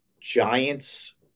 Giants